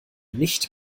nicht